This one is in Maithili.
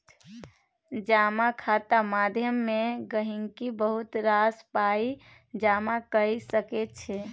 जमा खाता माध्यमे गहिंकी बहुत रास पाइ जमा कए सकै छै